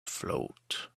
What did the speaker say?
float